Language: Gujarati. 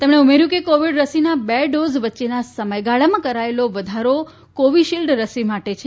તેમણે ઉમેર્યું કે કોવિડ રસીના બે ડોઝ વચ્ચેના સમયગાળામાં કરાયેલો વધારો કોવિશીલ્ડ રસી માટે છે